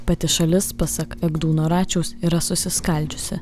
pati šalis pasak egdūno račiaus yra susiskaldžiusi